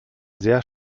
sehr